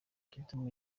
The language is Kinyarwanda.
kidumu